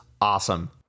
awesome